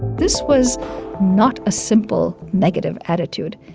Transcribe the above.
this was not a simple negative attitude.